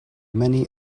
many